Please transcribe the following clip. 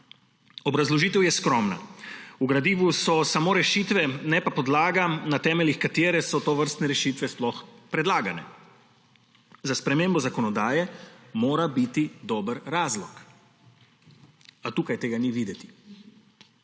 Obrazložitev je skromna. V gradivu so samo rešitve, ne pa podlaga, na temeljih katere so tovrstne rešitve sploh predlagane. Za spremembo zakonodaje mora biti dober razlog. A tukaj tega ni videti.